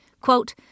Quote